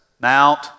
Mount